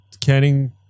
canning